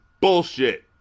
bullshit